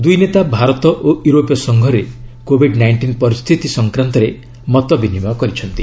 ଦୁଇ ନେତା ଭାରତ ଓ ୟୁରୋପୀୟ ସଂଘରେ କୋବିଡ୍ ନାଇଷ୍ଟିନ୍ ପରିସ୍ଥିତି ସଂକ୍ରାନ୍ତରେ ମତ ବିନିମୟ କରିଛନ୍ତି